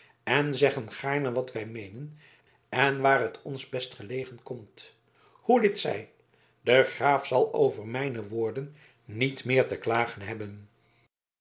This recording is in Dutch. en zeggen gaarne wat wij meenen en waar het ons best gelegen komt hoe dit zij de graaf zal over mijne woorden niet meer te klagen hebben